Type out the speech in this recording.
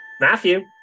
Matthew